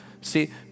see